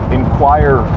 inquire